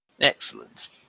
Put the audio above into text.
Excellent